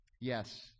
Yes